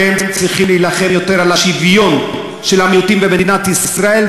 אתם צריכים להילחם יותר על השוויון של המיעוטים במדינת ישראל,